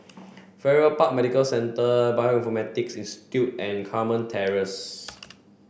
Farrer Park Medical Centre Bioinformaticsis Institute and Carmen Terrace